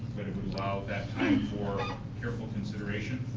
but it would allow that time for careful consideration.